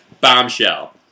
bombshell